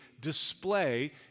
display